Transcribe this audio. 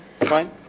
Fine